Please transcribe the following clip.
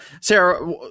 Sarah